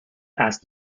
asked